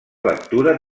lectura